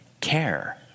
care